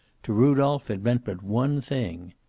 to rudolph it meant but one thing.